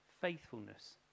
faithfulness